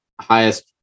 highest